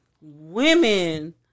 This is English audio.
Women